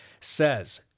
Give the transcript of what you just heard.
says